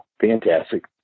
fantastic